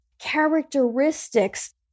characteristics